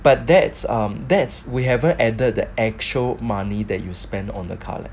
but that's um that's we haven't added the actual money that you spend on the car leh